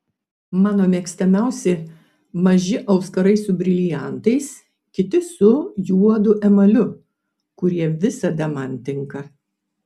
mano mėgstamiausi maži auskarai su briliantais kiti su juodu emaliu kurie visada man tinka